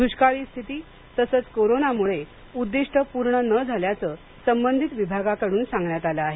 दुष्काळी स्थिती तसंच कोरोनामुळे उद्दिष्ट पूर्ण न झाल्याचे संबधित विभागाकडून सांगण्यात आलं आहे